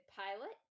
pilot